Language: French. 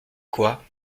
quoi